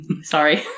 Sorry